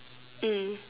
mm